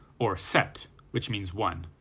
or set, which means one.